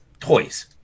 Toys